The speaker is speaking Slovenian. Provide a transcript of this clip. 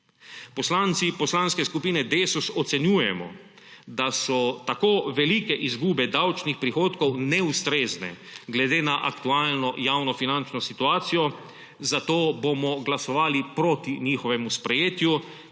Poslanci Poslanske skupine Desus ocenjujemo, da so tako velike izgube davčnih prihodkov neustrezne glede na aktualno javnofinančno situacijo, zato bomo glasovali proti njihovemu sprejetju.